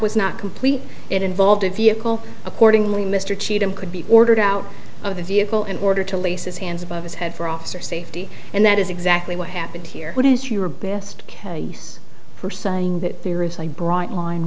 was not complete it involved a vehicle accordingly mr cheatham could be ordered out of the vehicle in order to lace his hands above his head for officer safety and that is exactly what happened here what is your best case for saying that there is a bright line